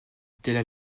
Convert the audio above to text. était